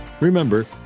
Remember